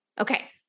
Okay